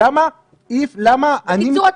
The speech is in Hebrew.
בקיצור,